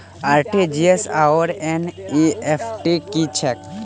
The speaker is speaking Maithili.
आर.टी.जी.एस आओर एन.ई.एफ.टी की छैक?